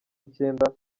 icyenda